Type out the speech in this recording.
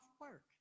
work